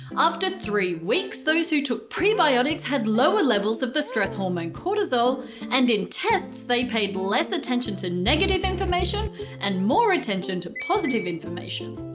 after three weeks, those who took prebiotics had lower levels of the stress hormone cortisol and in tests they paid less attention to negative information and more attention to positive information.